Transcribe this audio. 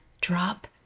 drop